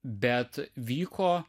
bet vyko